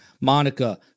Monica